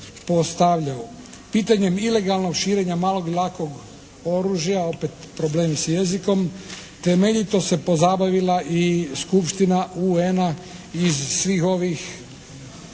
Pitanjem ilegalnog širenja malog i lakog oružja opet problemi s jezikom temeljito se pozabavila i Skupština UN-a iz svih ovih